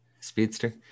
Speedster